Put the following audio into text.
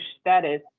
status